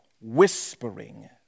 whispering